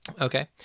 Okay